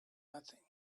nothing